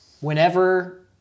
whenever